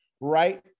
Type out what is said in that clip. right